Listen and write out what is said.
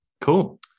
Cool